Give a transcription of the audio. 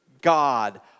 God